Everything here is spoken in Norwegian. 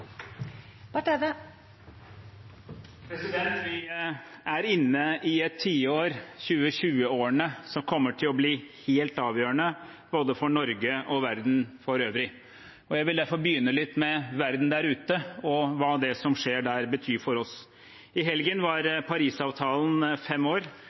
å bli helt avgjørende for både Norge og verden for øvrig. Jeg vil derfor begynne med verden der ute og hva det som skjer der, betyr for oss. I helgen var Parisavtalen fem år.